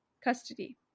custody